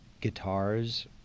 guitars